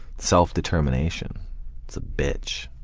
self-determination is a bitch.